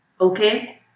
okay